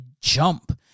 jump